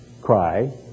cry